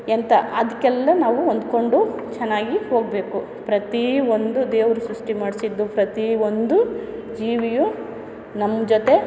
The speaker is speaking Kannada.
ಎಂತ ಅದಕ್ಕೆಲ್ಲ ನಾವು ಹೊಂದಿಕೊಂಡು ಚೆನ್ನಾಗಿ ಹೋಗಬೇಕು ಪ್ರತಿಯೊಂದು ದೇವ್ರು ಸೃಷ್ಟಿ ಮಾಡಿಸಿದ್ದು ಪ್ರತಿಯೊಂದು ಜೀವಿಯು ನಮ್ಮ ಜೊತೆ